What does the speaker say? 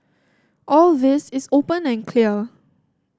all this is open and clear